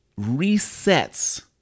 resets